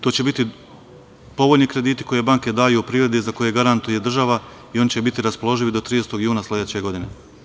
To će biti povoljni krediti koje banke daju privredi za koje garantuje država i oni će biti raspoloživi do 30. juna sledeće godine.